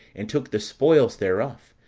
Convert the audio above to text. and took the spoils thereof,